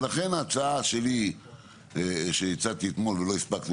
ולכן ההצעה שלי שהצעתי אתמול ולא הספקנו